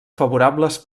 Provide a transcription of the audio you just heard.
favorables